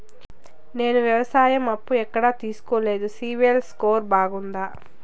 నేను వ్యవసాయం అప్పు ఎక్కడ తీసుకోలేదు, సిబిల్ స్కోరు బాగుందా?